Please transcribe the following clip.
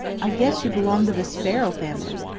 i guess you belong to the sparrow family.